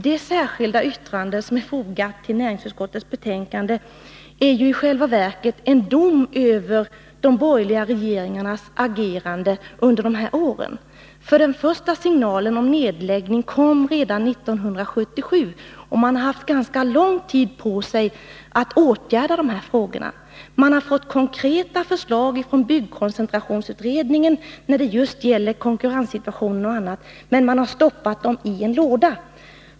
Det särskilda yttrande som är fogat till näringsutskottets betänkande är ju i själva verket en dom över de borgerliga regeringarnas agerande under de här åren. Den första signalen/om nedläggning kom redan 1977, och man har haft ganska lång tid på sig att åtgärda dessa frågor. Man har fått konkreta förslag från byggkoncentrationsutredningen när det gäller konkurrenssituationen och annat, men man har stoppat förslagen i en låda.